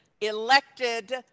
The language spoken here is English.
elected